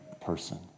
person